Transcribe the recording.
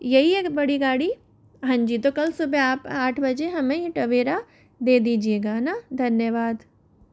यही है बड़ी गाड़ी हाँ जी तो कल सुबह आप आठ बजे हमें ये टवेरा दे दीजिएगा है ना धन्यवाद